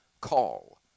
call